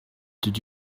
did